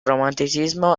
romanticismo